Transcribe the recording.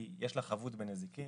יש לה חבות בנזיקין